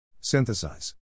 Synthesize